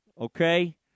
Okay